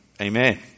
Amen